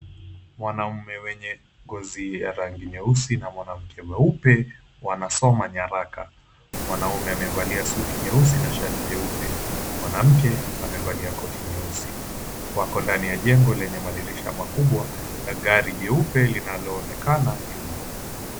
Wanaume wenye ngozi ya rangi nyeusi na mwanamke mweupe wanasoma nyaraka, mwanaume amevalia suti nyeusi na shati jeupe. Mwanamke amevalia koti nyeusi wako ndani ya jengo lenye madirisha makubwa na gari jeupe linaloonekana nyuma.